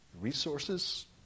Resources